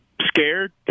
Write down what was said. scared